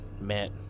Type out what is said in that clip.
met